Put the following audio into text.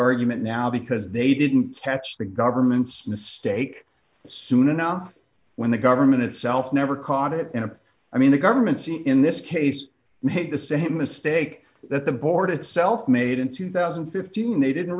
argument now because they didn't catch the government's mistake sooner now when the government itself never caught it in a i mean the government see in this case made the same mistake that the board itself made in two thousand and fifteen and they didn't